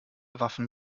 waffen